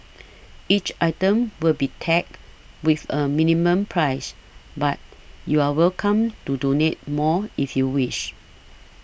each item will be tagged with a minimum price but you're welcome to donate more if you wish